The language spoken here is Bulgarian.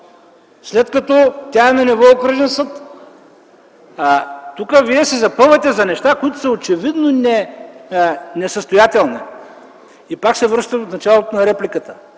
след като тя е на ниво окръжен съд? Тук вие се запъвате за неща, които са очевидно несъстоятелни. И пак се връщам в началото на репликата